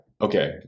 Okay